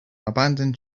abandoned